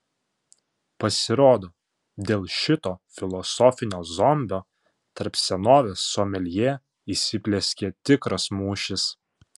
pasirodo dėl šito filosofinio zombio tarp senovės someljė įsiplieskė tikras mūšis